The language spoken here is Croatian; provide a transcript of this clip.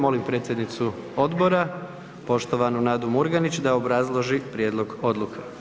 Molim predsjednicu odbora, poštovanu Nadu Murganić da obrazloži prijedlog odluke.